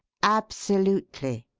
absolutely.